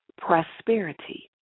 prosperity